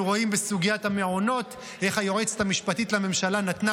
אנחנו רואים בסוגיית המעונות איך היועצת המשפטית לממשלה נתנה